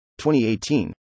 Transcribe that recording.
2018